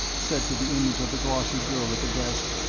said to the image of the glossy girl at the desk,